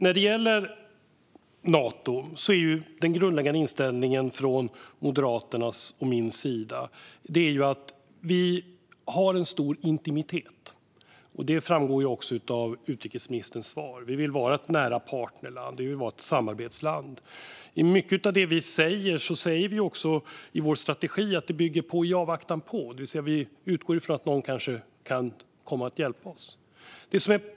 När det gäller Nato är den grundläggande inställningen från Moderaternas och min sida att vi har en stor intimitet. Det framgår också av utrikesministerns svar. Vi vill vara ett nära partnerland. Vi vill vara ett samarbetsland. Mycket av vår strategi bygger på "i avvaktan på", det vill säga att vi utgår från att någon kanske kan komma att hjälpa oss.